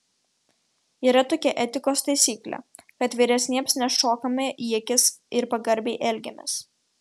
yra tokia etikos taisyklė kad vyresniems nešokame į akis ir pagarbiai elgiamės